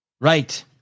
Right